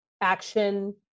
action